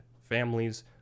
families